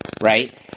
right